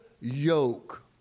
yoke